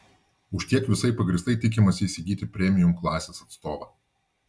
už tiek visai pagrįstai tikimasi įsigyti premium klasės atstovą